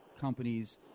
companies